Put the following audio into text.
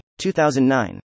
2009